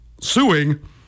suing